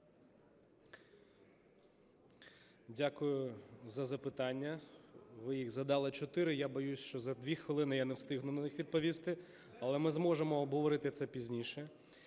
Дякую за запитання. Ви їх задали чотири, я боюсь, що за дві хвилини я не встигну на них відповісти, але ми зможемо обговорити це пізніше.